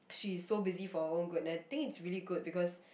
she's so busy for her own good and I think it's really good because